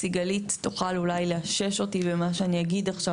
סיגלית תוכל לאשש אותי במה שאני אגיד עכשיו.